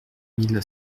mille